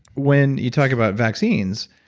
when you talk about vaccines,